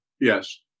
yes